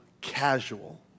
casual